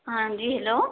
ہاں جی ہلو